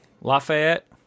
Lafayette